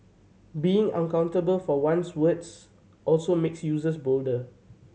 being unaccountable for one's words also makes users bolder